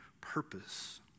purpose